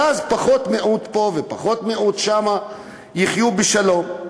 ואז פחות מיעוט פה ופחות מיעוט שם, יחיו בשלום.